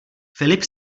filip